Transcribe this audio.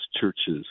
churches